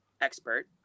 expert